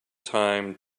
time